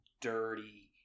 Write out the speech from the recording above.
dirty